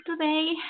today